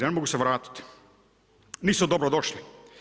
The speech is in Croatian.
Ne mogu se vratiti, nisu dobro došli.